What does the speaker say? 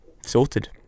sorted